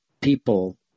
people